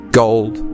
gold